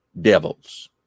devils